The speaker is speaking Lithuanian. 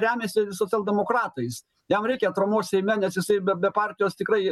remiasi socialdemokratais jam reikia atramos seime nes jisai be be partijos tikrai